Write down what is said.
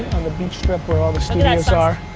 the beach strip, where all the studios are.